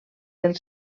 del